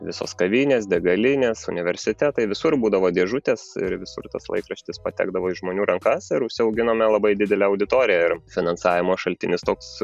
visos kavinės degalinės universitetai visur būdavo dėžutės ir visur tas laikraštis patekdavo į žmonių ir užsiauginome labai didelę auditoriją ir finansavimo šaltinis toks